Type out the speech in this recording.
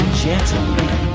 gentlemen